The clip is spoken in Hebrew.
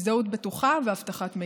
הזדהות בטוחה ואבטחת המידע.